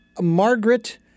margaret